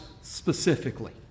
specifically